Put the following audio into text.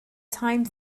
time